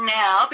now